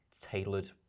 tailored